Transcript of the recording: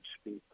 speak